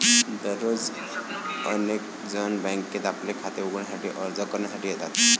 दररोज अनेक जण बँकेत आपले खाते उघडण्यासाठी अर्ज करण्यासाठी येतात